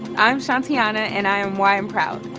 i'm shawnteyana, and i'm y and proud.